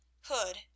hood